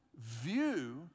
view